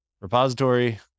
repository